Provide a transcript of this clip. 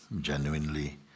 genuinely